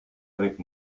avec